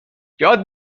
یاد